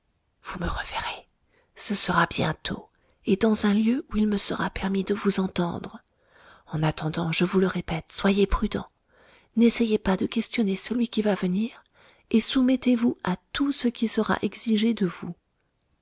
vous me reverrez ce sera bientôt et dans un lieu où il me sera permis de vous entendre en attendant je vous le répète soyez prudent n'essayez pas de questionner celui qui va venir et soumettez-vous à tout ce qui sera exigé de vous